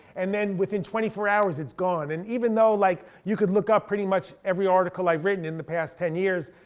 and then within twenty four hours it's gone. and even though like you could look up pretty much every article i've written in the past ten years,